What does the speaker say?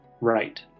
right